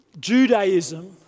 Judaism